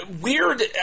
Weird